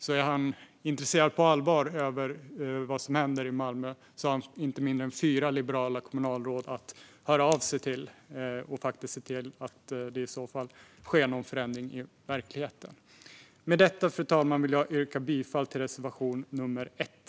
Om han på allvar är intresserad av vad som händer i Malmö har han inte mindre än fyra liberala kommunalråd att höra av sig till för att se till att det sker en förändring i verkligheten. Med detta, fru talman, vill jag yrka bifall till reservation nummer 1.